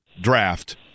draft